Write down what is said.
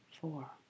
four